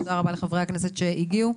תודה רבה לחברי הכנסת שהגיעו,